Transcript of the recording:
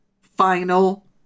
final